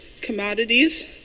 commodities